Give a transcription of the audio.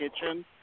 kitchen